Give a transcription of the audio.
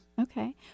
Okay